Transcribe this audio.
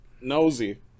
Nosy